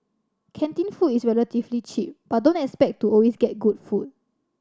canteen food is relatively cheap but don't expect to always get good food